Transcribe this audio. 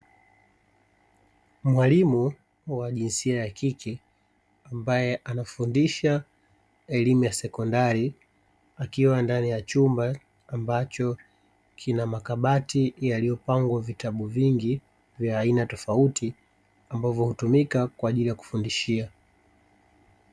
Mwalimu wa jinsia ya kike ambaye anafundisha elimu ya sekondar,i akiwa ndani ya chumba ambacho kina makabati yaliyopangwa vitabu vingi vya aina tofauti ambavyo hutumika kwa ajili ya kufundishia.